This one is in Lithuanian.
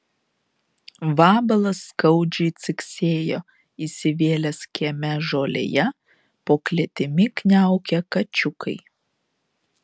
vabalas skaudžiai ciksėjo įsivėlęs kieme žolėje po klėtimi kniaukė kačiukai